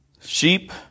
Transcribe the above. Sheep